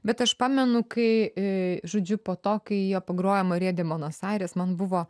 bet aš pamenu kai e žodžiu po to kai jie pagrojo marija de monosaires man buvo